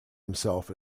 himself